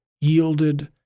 yielded